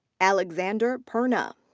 alexander perna.